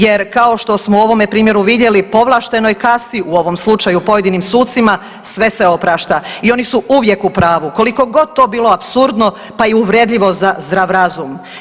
Jer kao što smo u ovome primjeru vidjeli povlaštenoj kasti u ovom slučaju pojedinim sucima sve se oprašta i oni su uvijek u pravu koliko god to bilo apsurdno pa i uvredljivo za zdrav razum.